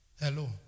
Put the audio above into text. Hello